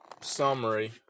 summary